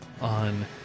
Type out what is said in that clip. on